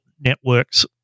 networks